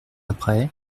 après